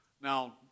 Now